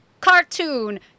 cartoon